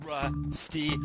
Rusty